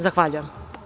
Zahvaljujem.